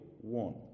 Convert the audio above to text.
one